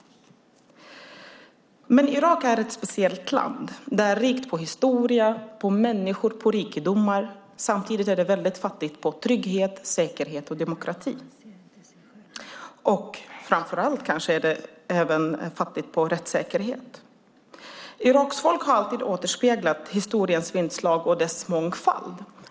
Men Irak är ett speciellt land. Det är rikt på historia, på människor, på rikedomar. Samtidigt är det väldigt fattigt på trygghet, säkerhet och demokrati. Framför allt är det även fattigt på rättssäkerhet. Iraks folk har alltid återspeglat historiens vingslag och dess mångfald.